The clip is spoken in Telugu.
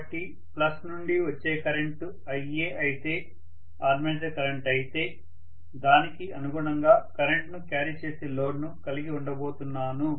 కాబట్టి ప్లస్ నుండి వచ్చే కరెంటు Ia అయితే ఆర్మేచర్ కరెంట్ అయితే దానికి అనుగుణంగా కరెంట్ను క్యారీ చేసే లోడ్ను కలిగి ఉండబోతున్నాను